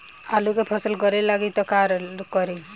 आलू के फ़सल गले लागी त का करी?